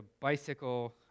bicycle